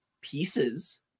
pieces